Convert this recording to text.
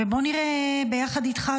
ובוא נראה ביחד איתך,